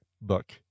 book